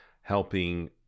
helping